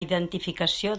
identificació